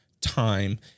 time